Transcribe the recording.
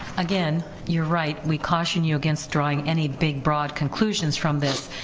again, you're right, we caution you against drawing any big broad conclusions from this,